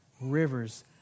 rivers